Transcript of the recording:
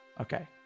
Okay